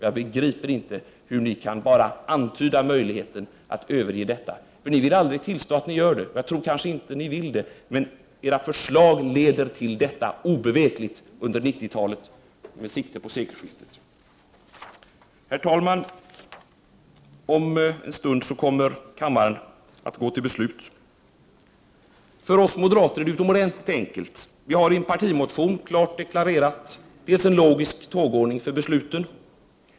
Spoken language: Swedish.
Jag begriper inte hur ni kan antyda möjligheten att överge detta. Men ni vill aldrig tillstå att ni gör det. Jag tror kanske inte att ni vill det, men era förslag leder obevekligt till detta under 1990-talet med sikte på sekelskiftet. Herr talman! Om en stund kommer kammaren att gå till beslut. För oss moderater är det utomordentligt enkelt. Vi har i en partimotion klart deklarerat en logisk tågordning för besluten.